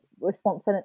response